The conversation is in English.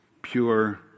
pure